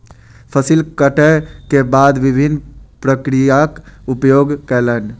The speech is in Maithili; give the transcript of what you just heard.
फसिल कटै के बाद विभिन्न प्रक्रियाक उपयोग कयलैन